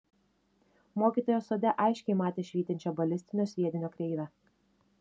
mokytojas sode aiškiai matė švytinčią balistinio sviedinio kreivę